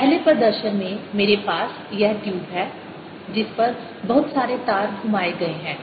पहले प्रदर्शन में मेरे पास यह ट्यूब है जिस पर बहुत सारे तार घुमाए गए हैं